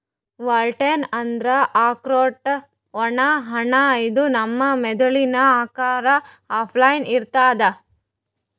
walnut ಅಂದ್ರ ಆಕ್ರೋಟ್ ಒಣ ಹಣ್ಣ ಇದು ನಮ್ ಮೆದಳಿನ್ ಆಕಾರದ್ ಅಪ್ಲೆ ಇರ್ತದ್